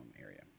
area